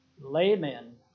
laymen